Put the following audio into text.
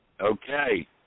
Okay